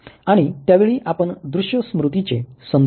आणि त्यावेळी आपण दृश्य स्मृतीचे संदर्भ देऊ